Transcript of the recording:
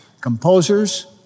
composers